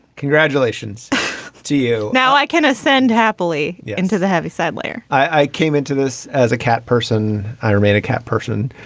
congratulations to you. now i can ascend happily into the heavy side layer i came into this as a cat person. i remain a cat person,